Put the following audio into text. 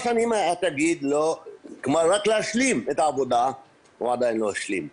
התאגיד, רק להשלים את העבודה, הוא עדיין לא השלים.